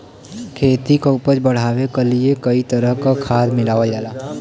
खेती क उपज बढ़ावे क लिए कई तरह क खाद मिलावल जाला